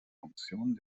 funktionen